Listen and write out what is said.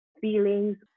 feelings